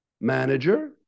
manager